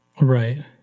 Right